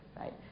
right